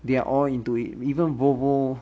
they are all into it even volvo